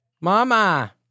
Mama